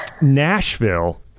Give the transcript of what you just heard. Nashville